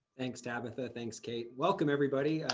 thanks, tabitha. thanks, kate. welcome, everybody.